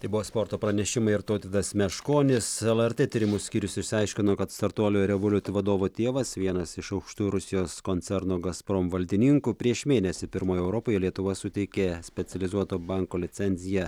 tai buvo sporto pranešimai ir tautvydas meškonis lrt tyrimų skyrius išsiaiškino kad startuolio revoliut vadovo tėvas vienas iš aukštų rusijos koncerno gazprom valdininkų prieš mėnesį pirmoji europoje lietuva suteikė specializuoto banko licenziją